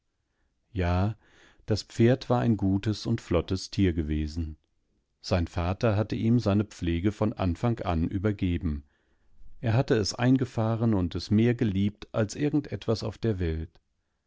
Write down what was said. ja das pferd war ein gutes und flottes tier gewesen sein vater hatte ihm seine pflege von anfang an übergeben er hatte es eingefahren und es mehr geliebtalsirgendetwasaufderwelt seinvaterhattedarübergeklagt daßer